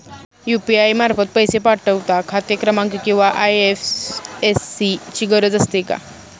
UPI मार्फत पैसे पाठवता खाते क्रमांक किंवा आय.एफ.एस.सी ची गरज असते का?